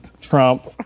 Trump